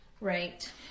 Right